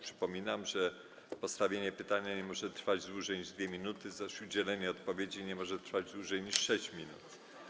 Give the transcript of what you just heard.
Przypominam, że postawienie pytania nie może trwać dłużej niż 2 minuty, zaś udzielenie odpowiedzi nie może trwać dłużej niż 6 minut.